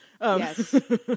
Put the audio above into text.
Yes